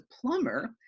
plumber